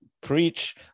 preach